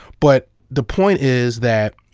but the point is that,